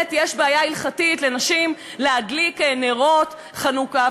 יש בעיה הלכתית לנשים להדליק נרות חנוכה.